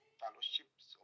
fellowships